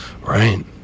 right